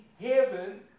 heaven